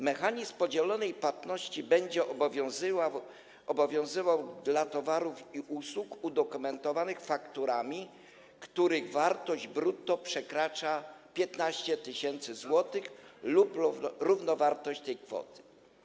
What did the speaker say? Mechanizm podzielonej płatności będzie obowiązywał dla towarów i usług udokumentowanych fakturami, których wartość brutto przekracza 15 tys. zł lub równowartość tej kwoty.